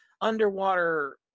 underwater